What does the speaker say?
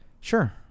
Sure